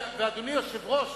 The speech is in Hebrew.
ואדוני היושב-ראש,